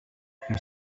her